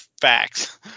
facts